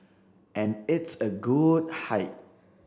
and it's a good height